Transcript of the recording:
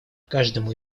каждому